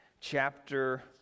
chapter